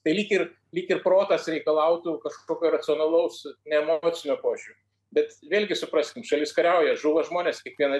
tai lyg ir lyg ir ir protas reikalautų kažkokio racionalaus nemokslinio požiūrio bet vėlgi supraskim šalis kariauja žūva žmonės kiekvieną